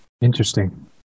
Interesting